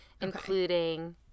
including